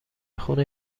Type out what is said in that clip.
خون